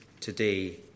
today